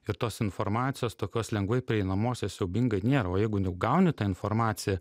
ir tos informacijos tokios lengvai prieinamos jos siaubingai nėr va jeigu jau gauni tą informaciją